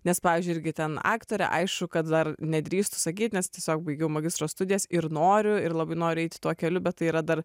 nes pavyzdžiui irgi ten aktorė aišku kad dar nedrįstu sakyt nes tiesiog baigiau magistro studijas ir noriu ir labai noriu eiti tuo keliu bet tai yra dar